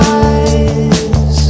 eyes